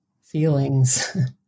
feelings